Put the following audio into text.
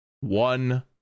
One